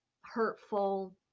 hurtful